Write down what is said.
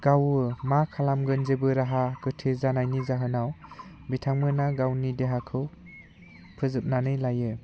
गावो मा खालामगोन जेबो राहा गोथे जानायनि जाहोनाव बिथांमोना गावनि देहाखौ फोजोबनानै लायो